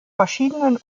verschiedenen